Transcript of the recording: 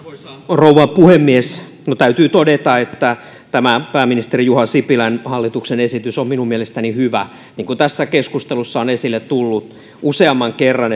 rouva puhemies täytyy todeta että tämä pääministeri juha sipilän hallituksen esitys on minun mielestäni hyvä niin kuin tässä keskustelussa on esille tullut useamman kerran